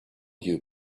you